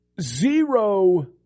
zero